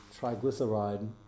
triglyceride